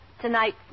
Tonight